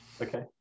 okay